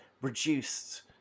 reduced